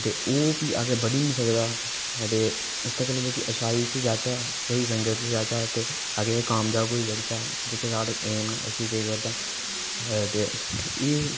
ते ओही फ्ही अग्गें पढी निं सकदा ते एह्दे कोला अस अच्छी संगत च जाह्चै ते स्हेई संगत च जाह्चै अपनी जिंदगी च कामयाब होई सकदे ते जेह्के साढे़ एम न ते एह् ते